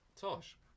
tosh